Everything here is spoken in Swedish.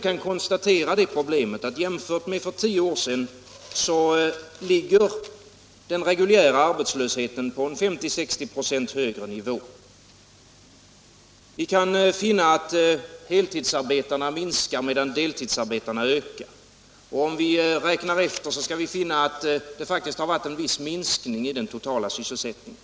Vi kan konstatera att jämfört med arbetslösheten för tio år sedan ligger den reguljära arbetslösheten i dag på 50-60 96 högre nivå, och vi finner att heltidsarbetarna minskar i antal, medan deltidsarbetarna ökar. Räknar vi efter finner vi att det faktiskt skett en viss minskning av den totala sysselsättningen.